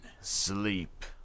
sleep